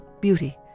Beauty